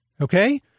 Okay